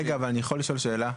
רגע, אבל אני יכול לשאול שאלה?